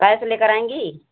कैस लेकर आएँगी